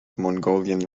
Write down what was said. mongolian